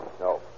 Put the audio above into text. No